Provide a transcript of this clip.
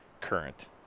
current